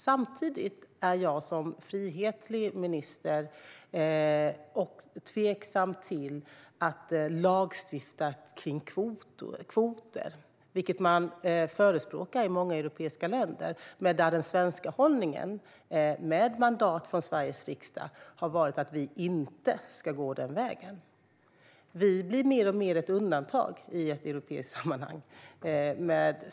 Samtidigt är jag som frihetlig minister tveksam till att lagstifta om kvoter, vilket man förespråkar i många europeiska länder. Den svenska hållningen har, med mandat från Sveriges riksdag, varit att vi inte ska gå den vägen. Vi blir mer och mer ett undantag i ett europeiskt sammanhang.